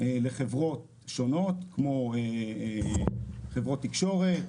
לחברות שונות כמו חברות תקשורת,